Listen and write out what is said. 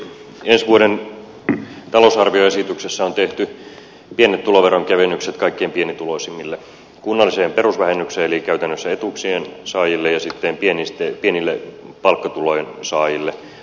ensi vuoden talousarvioesityksessä on tehty pienet tuloveron kevennykset kaikkein pienituloisimmille kunnalliseen perusvähennykseen eli käytännössä etuuksien saajille ja sitten pienten palkkatulojen saajille ansiotulovähennyksen kautta